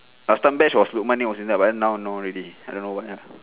last time batch was lukman name was in there but then now no already I don't know why ah